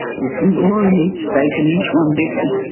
there was a law in each state and each one differed.